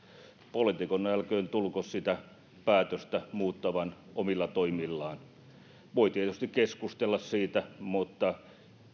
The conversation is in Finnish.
poliitikot älkööt tulko sitä päätöstä muuttamaan omilla toimillaan voi tietysti keskustella siitä mutta